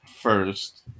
first